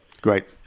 Great